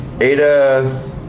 Ada